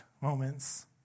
moments